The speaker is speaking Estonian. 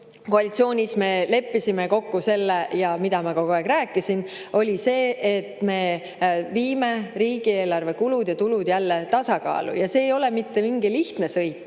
Koalitsioonis me leppisime kokku selle ja mida ma kogu aeg rääkisin, oli see, et me viime riigieelarve kulud ja tulud jälle tasakaalu. See ei ole mitte mingi lihtne sõit